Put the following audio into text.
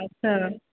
अच्छा